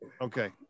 Okay